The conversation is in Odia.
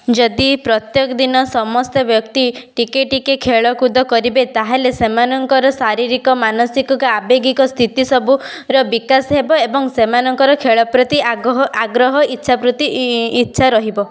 ଯଦି ପ୍ରତ୍ୟେକ ଦିନ ସମସ୍ତ ବ୍ୟକ୍ତି ଟିକେ ଟିକେ ଖେଳକୁଦ କରିବେ ତାହେଲେ ସେମାନଙ୍କର ଶାରୀରିକ ମାନସିକ କି ଆବେଗିକ ସ୍ଥିତି ସବୁ ର ବିକାଶ ହେବ ଏବଂ ସେମାନଙ୍କର ଖେଳ ପ୍ରତି ଆଗହ ଆଗ୍ରହ ଇଚ୍ଛା ପ୍ରତି ଇଚ୍ଛା ରହିବ